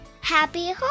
Happy